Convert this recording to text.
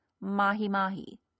mahi-mahi